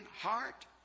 heart